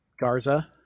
Garza